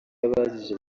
y’abazize